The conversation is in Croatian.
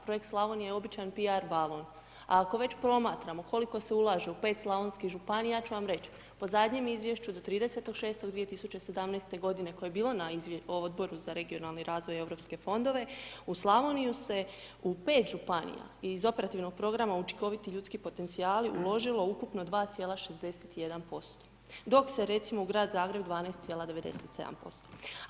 Projekt Slavonija je običan piar balon, a ako već promatramo koliko se ulaže u 5 slavonskih županija ja ću vam reć po zadnjem izvješću do 30.6.2017. godine koje je bilo na Odboru za regionalni razvoj i EU fondove u Slavoniju se u 5 županija iz Operativnog programa učinkoviti ljudski potencijali uložilo ukupno 2,61%, dok se recimo u Grad Zagreb 12,97%